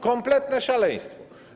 Kompletne szaleństwo.